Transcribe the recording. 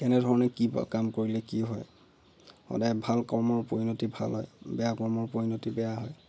কেনে ধৰণে কি বা কাম কৰিলে কি হয় সদায় ভাল কৰ্মৰ পৰিণতি ভাল হয় বেয়া কৰ্মৰ পৰিণতি বেয়া হয়